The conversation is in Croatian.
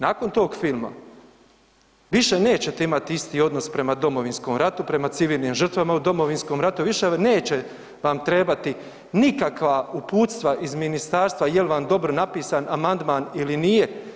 Nakon tog filma više nećete imati isti odnos prema Domovinskom ratu, prema civilnim žrtvama u Domovinskom ratu, više neće vam trebati nikakva uputstva iz ministarstva je li vam dobro napisan amandman ili nije.